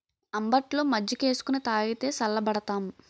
అంబట్లో మజ్జికేసుకొని తాగితే సల్లబడతాం